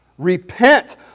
Repent